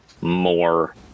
more